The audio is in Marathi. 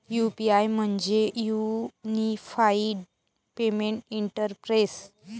यू.पी.आय म्हणजे युनिफाइड पेमेंट इंटरफेस